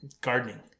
gardening